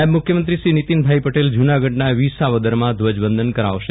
નાયબ મુખ્યમંત્રી શ્રી નીતિનભાઇ પટેલ જૂનાગઢના વિસાવદરમાં ધ્વજવંદન કરાવશે